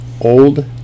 old